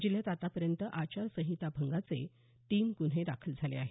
जिल्ह्यात आतापर्यंत आचारसंहिता भंगाचे तीन गुन्हे दाखल झाले आहेत